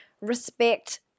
respect